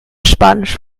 spanisch